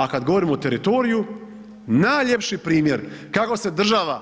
A kada govorimo o teritoriju, najljepši primjer kako se država